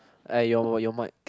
eh your mic